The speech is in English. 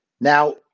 Now